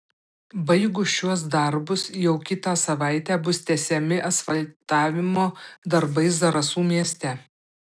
baigus šiuos darbus jau kitą savaitę bus tęsiami asfaltavimo darbai zarasų mieste